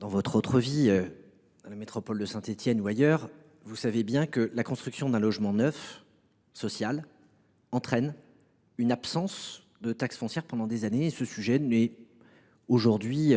dans votre ancienne vie, à la métropole de Saint Étienne ou ailleurs, vous savez bien que la construction d’un logement neuf social entraîne une absence de taxe foncière pendant des années. Une telle mesure n’est aujourd’hui